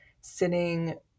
sitting